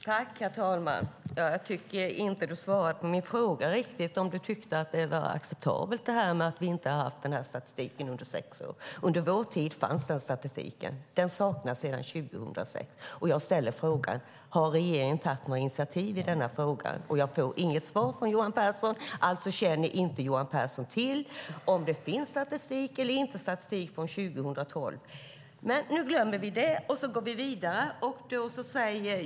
Herr talman! Jag tycker inte att du svarade på min fråga, Johan Pehrson, om du tycker att det är acceptabelt att vi inte har haft denna statistik under sex år. Under vår tid fanns denna statistik. Den saknas sedan 2006. Jag ställer frågan: Har regeringen tagit några initiativ i denna fråga? Men jag får inget svar från Johan Pehrson. Alltså känner Johan Pehrson inte till om det finns statistik eller inte från 2012. Men nu glömmer vi det och går vidare.